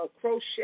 crochet